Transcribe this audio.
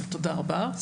תודה רבה.